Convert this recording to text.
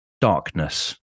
darkness